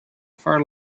far